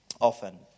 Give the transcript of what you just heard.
often